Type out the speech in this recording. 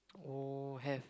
oh have